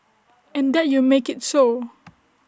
and that you make IT so